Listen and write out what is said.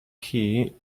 key